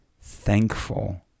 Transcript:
thankful